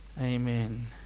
Amen